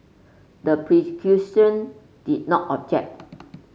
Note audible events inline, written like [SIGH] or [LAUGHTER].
the [UNINTELLIGIBLE] did not object